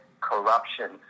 corruption